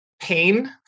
pain